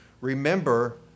Remember